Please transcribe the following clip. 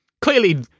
clearly